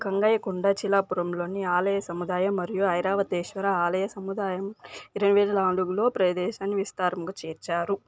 గంగైకొండ చిలాపురంలోని ఆలయ సముదాయం మరియు ఐరావతేశ్వర ఆలయ సముదాయం ఇరవైనాలుగులో ప్రదేశాన్ని విస్తరంగా చేర్చారు